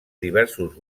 diversos